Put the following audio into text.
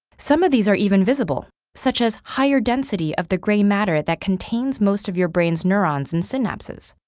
some of these are even visible, such as higher density of the grey matter that contains most of your brain's neurons and synapses,